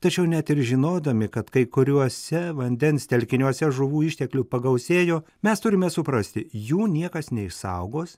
tačiau net ir žinodami kad kai kuriuose vandens telkiniuose žuvų išteklių pagausėjo mes turime suprasti jų niekas neišsaugos